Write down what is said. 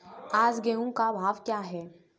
आज गेहूँ का भाव क्या है?